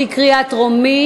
בקריאה טרומית.